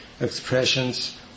expressions